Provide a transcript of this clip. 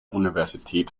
universität